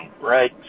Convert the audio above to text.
right